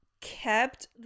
kept